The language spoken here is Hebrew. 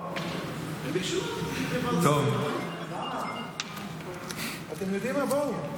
אתם יודעים מה, בואו.